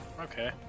okay